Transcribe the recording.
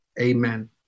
Amen